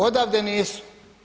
Odavde nisu.